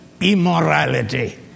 immorality